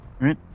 Right